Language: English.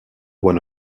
one